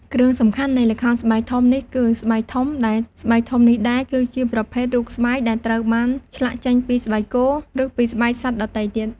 គ្រឿងសំខាន់នៃល្ខោនស្បែកធំនេះគឺ ស្បែកធំ ដែលស្បែកធំនេះដែរ គឺជាប្រភេទ រូបស្បែក ដែលត្រូវបានឆ្លាក់ចេញពី ស្បែកគោ ឬពីស្បែកសត្វដទៃទៀត។